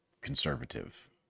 conservative